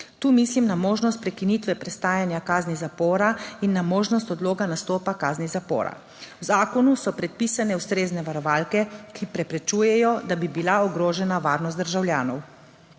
Tu mislim na možnost prekinitve prestajanja kazni zapora in na možnost odloga nastopa kazni zapora. V zakonu so predpisane ustrezne varovalke, ki preprečujejo, da bi bila ogrožena varnost državljanov.